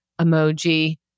emoji